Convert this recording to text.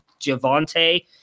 Javante